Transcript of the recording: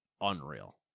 unreal